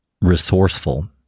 resourceful